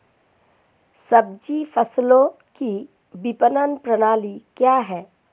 सब्जी फसलों की विपणन प्रणाली क्या है?